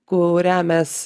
kurią mes